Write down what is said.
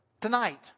Tonight